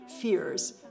fears